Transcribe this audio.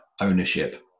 ownership